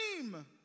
dream